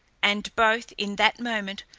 and both, in that moment,